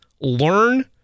learn